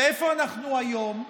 ואיפה אנחנו היום?